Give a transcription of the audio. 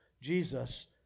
Jesus